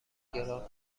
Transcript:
گران